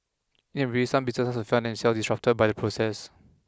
some businesses will find themselves disrupted by the process